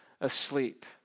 asleep